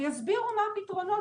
ויסבירו מה הפתרונות.